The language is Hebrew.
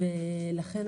כל תמרוק,